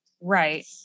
right